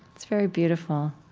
that's very beautiful.